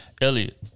Elliot